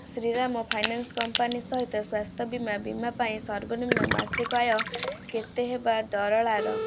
Shriram finance company ସହିତ ସ୍ଵାସ୍ଥ୍ୟ ବୀମା ବୀମା ପାଇଁ ସର୍ବନିମ୍ନ ମାସିକ ଆୟ କେତେ ହେବା ଦରକାର